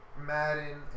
Madden